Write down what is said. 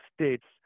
states